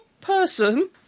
person